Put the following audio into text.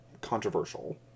controversial